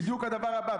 זה בדיוק הדבר הבא.